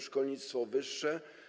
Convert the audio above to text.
Szkolnictwo wyższe.